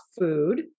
food